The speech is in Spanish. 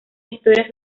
victorias